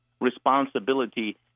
responsibility